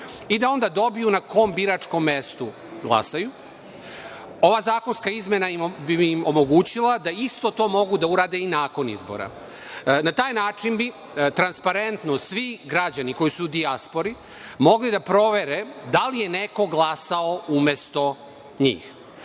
i da onda dobiju na kom biračkom mestu glasaju, ova zakonska izmena bi im omogućila da isto to mogu da urade i nakon izbora. Na taj način bi transparentno svi građani koji su u dijaspori, mogli da provere da li je neko glasao umesto njih.